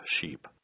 sheep